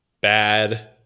bad